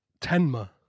Tenma